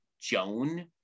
Joan